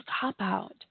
cop-out